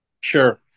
Sure